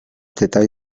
detalls